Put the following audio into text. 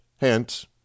hence